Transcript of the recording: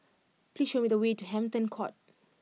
please show me the way to Hampton Court